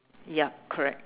ya correct